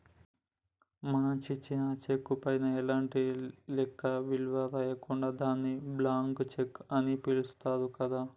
మనం చించిన చెక్కు పైన ఎలాంటి లెక్క విలువ రాయకుంటే దాన్ని బ్లాంక్ చెక్కు అని పిలుత్తారు గదా